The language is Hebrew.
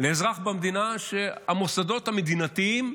אזרח במדינה היא שהמוסדות המדינתיים,